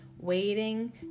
waiting